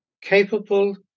capable